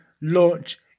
launch